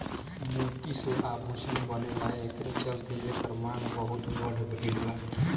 मोती से आभूषण बनेला एकरे चलते एकर मांग बहुत बढ़ गईल बा